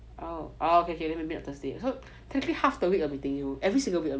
oh okay okay we never meet on thursday so technically half the week I'm meeting you every single week